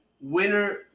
Winner